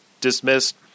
dismissed